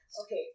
Okay